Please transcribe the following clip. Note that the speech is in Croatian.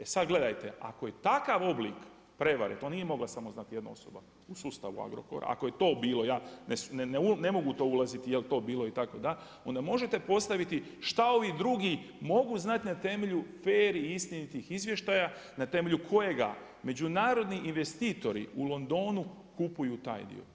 E sad gledajte, ako je takav oblik prevare to nije mogla znati samo jedna osoba u sustavu Agrokor ako je to bilo, ja ne mogu u to ulaziti jel' to bilo i tako da, onda možete postaviti šta ovi drugi mogu znat na temelju fer i istinitih izvještaja, na temelju kojega međunarodni investitori u Londonu kupuju taj dio.